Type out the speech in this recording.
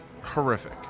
horrific